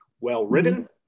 well-written